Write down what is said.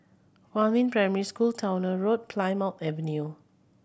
Huamin Primary School Towner Road Plymouth Avenue